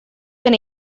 been